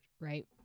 right